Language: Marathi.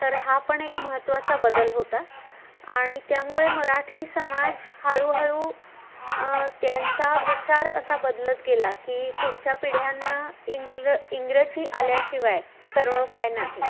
तर हा पण एक महत्वाचा बदल होता आणि त्यामुळे मराठी समाज हळूहळू त्यांचा विचार असा बदलत गेला की पुढच्या पिढ्यांना इंग्ल इंग्रजी आल्याशिवाय तरणोपाय नाही